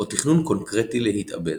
או תכנון קונקרטי להתאבד.